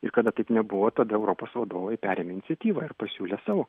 ir kada taip nebuvo tada europos vadovai perėmė iniciatyvą ir pasiūlė savo